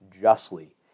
justly